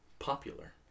Popular